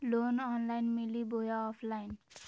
Loan online मिली बोया offline?